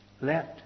Let